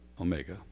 Omega